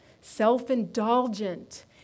Self-indulgent